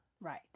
right